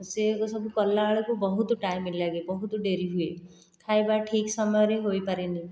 ସେଇଆ କୁ ସବୁ କଲା ବେଳକୁ ବହୁତ ଟାଇମ୍ ଲାଗେ ବହୁତ ଡେରି ହୁଏ ଖାଇବା ଠିକ ସମୟରେ ହୋଇପାରେନି